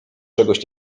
czegoś